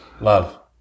love